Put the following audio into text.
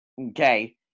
okay